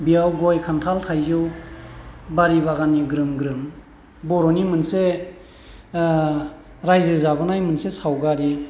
बेयाव गय खान्थाल थाइजौ बारि बागाननि ग्रोम ग्रोम बर'नि मोनसे रायजो जाबोनाय मोनसे सावगारि